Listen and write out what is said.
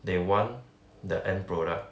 they want the end product